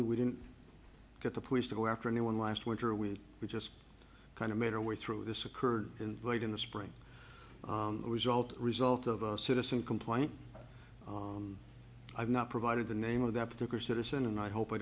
y we didn't get the police to go after anyone last winter when we just kind of made our way through this occurred in late in the spring a result result of a citizen complaint i've not provided the name of that particular citizen and i hope i